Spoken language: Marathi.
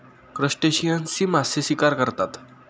क्रस्टेशियन्सची मासे शिकार करतात